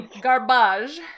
Garbage